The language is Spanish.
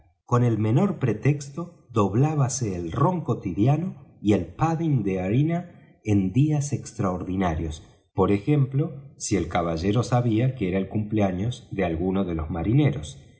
con el menor pretexto doblábase el rom cuotidiano y el pudding de harina en días extraordinarios por ejemplo si el caballero sabía que era el cumpleaños de alguno de los marineros